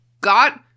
got